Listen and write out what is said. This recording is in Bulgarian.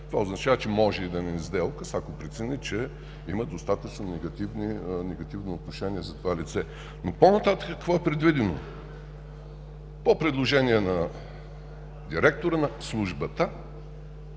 това означава, че може и да не издаде указ, ако прецени, че има достатъчно негативно отношение за това лице. Но по-нататък какво е предвидено? По предложение на директора на службата